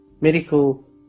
medical